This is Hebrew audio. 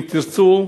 אם תרצו,